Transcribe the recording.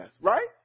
right